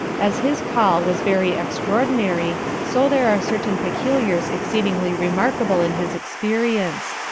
as his call was very extraordinary, so there are certain particulars exceedingly remarkable in his experience.